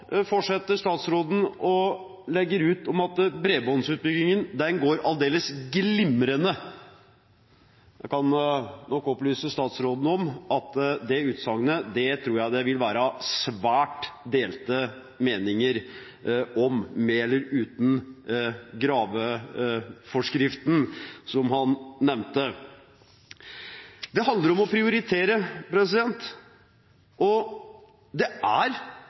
fortsetter å legge ut om at bredbåndsutbyggingen går aldeles glimrende. Jeg kan opplyse statsråden om at jeg tror det vil være svært delte meninger om det utsagnet, med eller uten graveforskriften, som han nevnte. Det handler om å prioritere, og det er